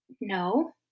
No